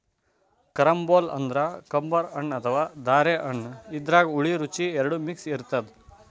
carambola ಅಂದ್ರ ಕಂಬರ್ ಹಣ್ಣ್ ಅಥವಾ ಧಾರೆಹುಳಿ ಹಣ್ಣ್ ಇದ್ರಾಗ್ ಹುಳಿ ರುಚಿ ಎರಡು ಮಿಕ್ಸ್ ಇರ್ತದ್